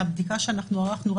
מהבדיקה שאנחנו ערכנו,